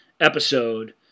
episode